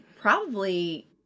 Probably-